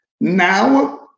Now